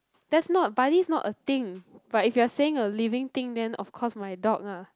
that's not but this not a thing but if you're saying a living thing then of course my dog lah